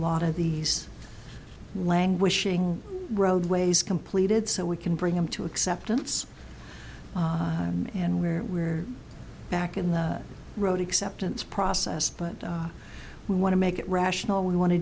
lot of these languishing roadways completed so we can bring them to acceptance and where we're back in the road acceptance process but we want to make it rational we want to